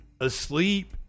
asleep